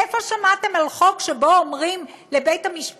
איפה שמעתם על חוק שבו אומרים לבית-המשפט